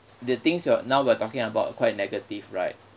the things you're now we're talking about quite negative right